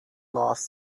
lost